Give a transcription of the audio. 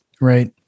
Right